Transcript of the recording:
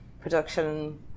production